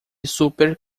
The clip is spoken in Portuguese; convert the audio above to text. super